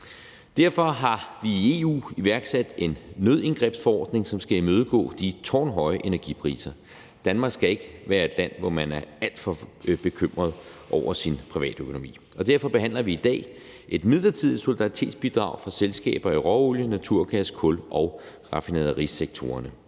Derfor har vi i EU iværksat en nødindgrebsforordning, som skal imødegå de tårnhøje energipriser. Danmark skal ikke være et land, hvor man er alt for bekymret over sin privatøkonomi. Og derfor behandler vi i dag et midlertidigt solidaritetsbidrag for selskaber i råolie-, naturgas-, kul- og raffinaderisektorerne.